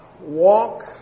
walk